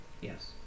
yes